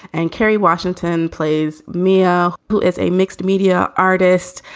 and kerry washington plays mia, who is a mixed media artist.